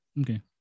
Okay